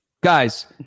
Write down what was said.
Guys